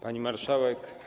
Pani Marszałek!